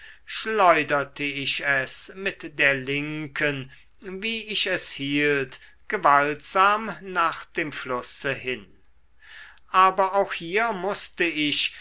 schleuderte ich es mit der linken wie ich es hielt gewaltsam nach dem flusse hin aber auch hier mußte ich